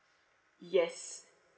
yes